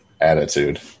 attitude